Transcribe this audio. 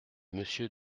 monsieur